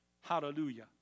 Hallelujah